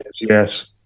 yes